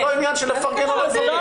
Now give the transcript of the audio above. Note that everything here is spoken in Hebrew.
זה לא עניין של לפרגן או לא לפרגן.